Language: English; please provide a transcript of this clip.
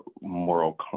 moral